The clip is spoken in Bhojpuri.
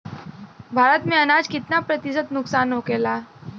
भारत में अनाज कितना प्रतिशत नुकसान होखेला?